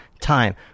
time